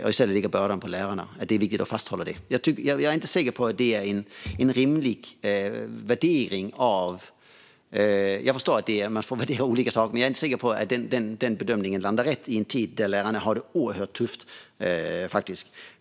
I stället ligger bördan på lärarna; det är viktigt att hålla fast vid det. Jag är inte säker på att detta är en rimlig värdering. Jag förstår att man får värdera olika saker, men jag är inte säker på att denna bedömning landar rätt i en tid när lärarna har det oerhört tufft.